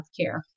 Healthcare